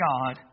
God